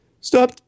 stop